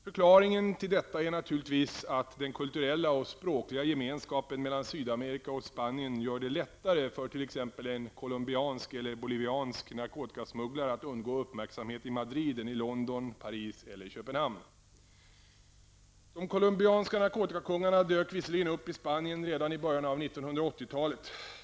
Förklaringen till detta är naturligtvis att den kulturella och språkliga gemenskapen mellan Sydamerika och Spanien gör det lättare för t.ex. en colombiansk eller boliviansk narkotikasmugglare att undgå uppmärksamhet i Madrid än i London, De colombianska narkotikakungarna dök visserligen upp i Spanien redan i början av 1980 talet.